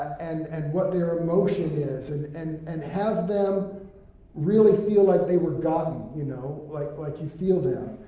and and what their emotion is, and and and have them really feel like they were gotten, you know? like, like you feel them.